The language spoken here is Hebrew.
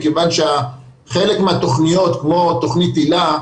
מכיוון שחלק מהתכניות כמו תכנית היל"ה,